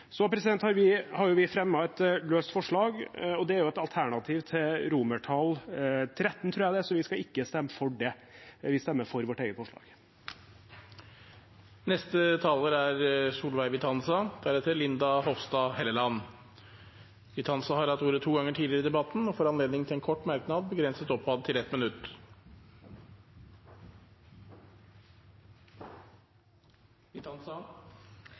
Så har vi fremmet et løst forslag, og det er et alternativ til XIII. Så vi skal ikke stemme for XIII, vi stemmer for vårt eget forslag. Representanten Solveig Vitanza har hatt ordet to ganger tidligere og får ordet til en kort merknad, begrenset til 1 minutt.